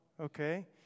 okay